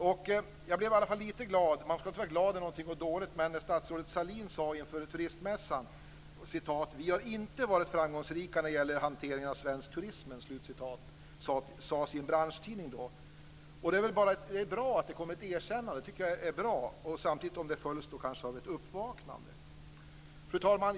Man ska inte vara glad när någonting går dåligt, men jag blev i alla fall lite glad när statsrådet Sahlin inför turistmässan sade att vi inte har varit framgångsrika när det gäller hanteringen av svensk turism. Det stod i en branschtidning. Det är bra att det kommer ett erkännande om det samtidigt följs av ett uppvaknande. Fru talman!